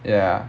ya